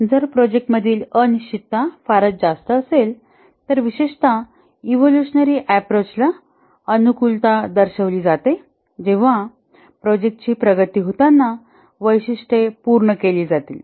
जर प्रोजेक्ट मधील अनिश्चितता फारच जास्त असेल तर विशेषत इवोल्युशनरी अँप्रोच ला अनुकुलता दर्शवली जाईल जेव्हा प्रोजेक्ट प्रगती होताना वैशिष्ट्ये पूर्ण केली जातील